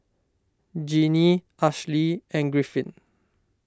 Genie Ashli and Griffin